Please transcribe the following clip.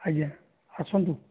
ଆଜ୍ଞା ଆସନ୍ତୁ